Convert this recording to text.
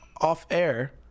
off-air